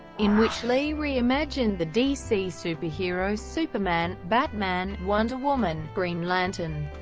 in which lee re-imagined the dc superheroes superman, batman, wonder woman, green lantern,